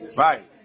right